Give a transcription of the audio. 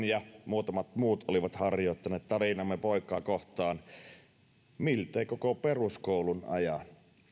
ja muutamat muut olivat harjoittaneet tarinamme poikaa kohtaan miltei koko peruskoulun ajan